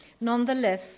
Nonetheless